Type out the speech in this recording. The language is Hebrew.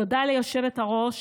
תודה ליושבת-ראש